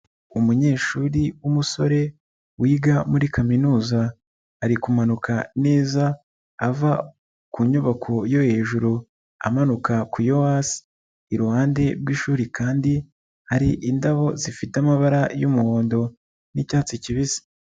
Umunyeshuri w'umusore wiga muri kaminuza ari kumanuka neza ava ku nyubako yo hejuru amanuka ku yo hasi, iruhande rw'ishuri kandi hari indabo zifite amabara y'umuhondo n'icyatsi kibisi.